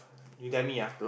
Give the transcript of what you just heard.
you dare me ah